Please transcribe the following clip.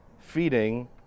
feeding